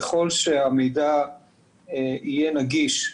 ככל שהמידע יהיה נגיש,